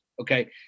okay